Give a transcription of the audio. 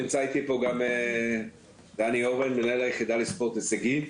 נמצא איתי פה גם דני אורן מנהל היחידה לספורט הישגי.